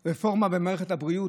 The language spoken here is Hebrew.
רפורמה במערכת הבריאות?